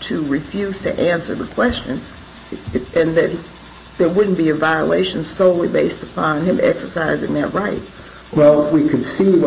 to refuse to answer the question and that there wouldn't be a violation solely based on him exercising that right well we can see what